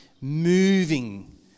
moving